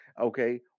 okay